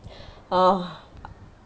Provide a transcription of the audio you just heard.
oh